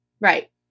Right